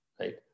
right